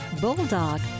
bulldog